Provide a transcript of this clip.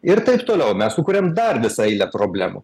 ir taip toliau mes sukuriam dar visą eilę problemų